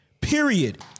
Period